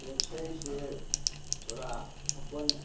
जे छै से थोड़ा अपन